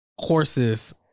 courses